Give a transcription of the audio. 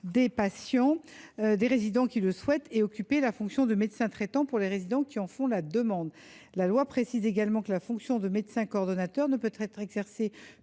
médical des résidents qui le souhaitent et occuper la fonction de médecin traitant pour les résidents qui en font la demande. La loi précise également que la fonction de médecin coordonnateur ne peut être exercée